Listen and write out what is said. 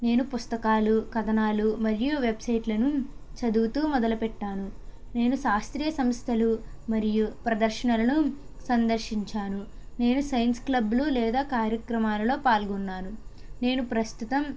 నేను పుస్తకాలు కథనాలు మరియు వెబ్సైట్లను చదువుతూ మొదలు పెట్టాను నేను శాస్త్రీయ సంస్థలు మరియు ప్రదర్శనలను సందర్శించాను నేను సైన్స్ క్లబ్లు లేదా కార్యక్రమాలలో పాల్గొన్నాను నేను ప్రస్తుతం